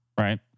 Right